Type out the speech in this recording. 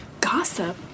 Gossip